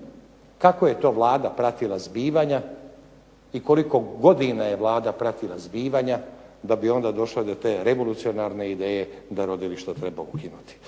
Kako je to Vlada pratila zbivanja i koliko godina je Vlada pratila zbivanja da bi onda došla do te revolucionarne ideje da rodilišta treba ukinuti.